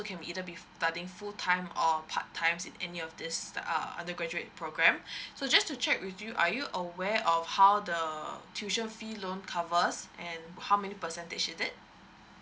can be either be studying full time or part time in any of this err undergraduate programme so just to check with you are you aware of how the tuition fee loan covers and how many percentage is it